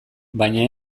baina